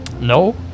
No